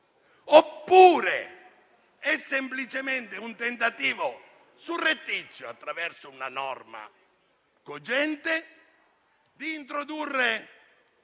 oppure è semplicemente un tentativo surrettizio, attraverso una norma cogente, di introdurre